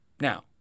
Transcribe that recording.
Now